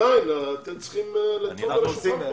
עדיין אתם צריכים לדפוק על השולחן.